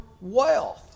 wealth